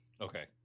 Okay